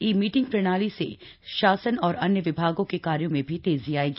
ई meeting प्रणाली से शासन और अन्य विभागों के कार्यों में भी तेजी आयेगी